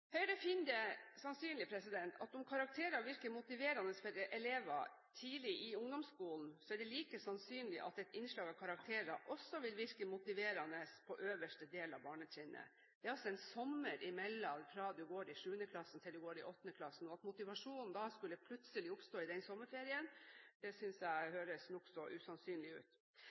Høyre finner det sannsynlig at om karakterer virker motiverende for elever tidlig i ungdomsskolen, så er det like sannsynlig at et innslag av karakterer også vil virke motiverende for elever i øverste del av barnetrinnet. Det er en sommer mellom 7. klasse og 8. klasse, og det at motivasjonen plutselig skulle oppstå i denne sommerferien, synes jeg høres nokså usannsynlig ut.